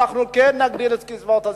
אנחנו כן נגדיל את קצבאות הזיקנה,